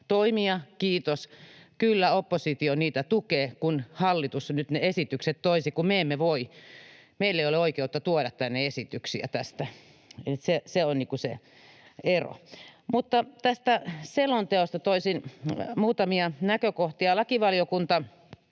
Toimia, kiitos — kyllä oppositio niitä tukee, kun hallitus nyt ne esitykset toisi, kun me emme voi. Meillä ei ole oikeutta tuoda tänne esityksiä tästä. Se on se ero. Tästä selonteosta toisin muutamia näkökohtia: Lakivaliokunta